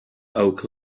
oak